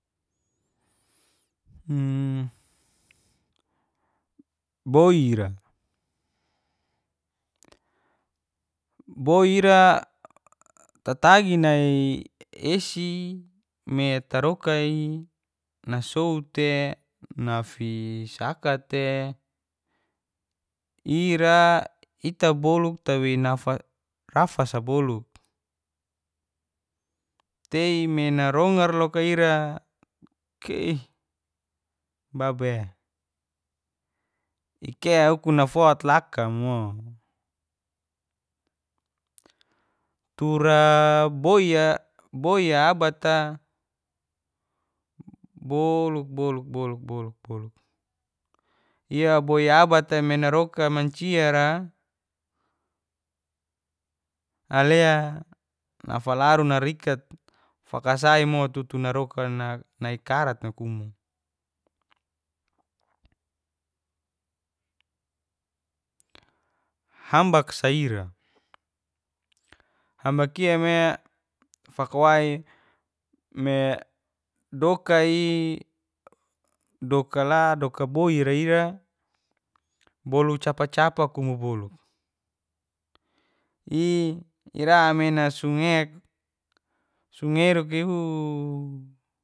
boira boira tatagi nai esi me taroki nasou te nafisaka te ira ita boluk twei nawas rawasa bolu tei me narongar lok ira keh baba e ikouku nafot lakamo tura boya boya bata boluk buluk boluk iaboy abata me naroka manciara alea nafalaru narikat fakasaimo tutu naroka nikarat nai kumu hambak sa ira hambaki me fakawai me dokai doka la doka boira ira bolu capa capa kumu bolu irame nasungek sungeruk iuuuu